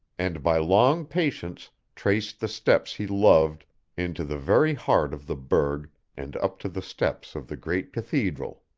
and by long patience traced the steps he loved into the very heart of the burgh and up to the steps of the great cathedral.